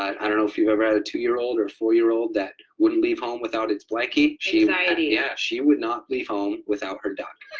i don't know if you ever had a two year old or four year old that wouldn't leave home without its blankie. anxiety. yeah, she would not leave home without her duck,